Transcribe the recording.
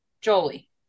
Jolie